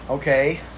Okay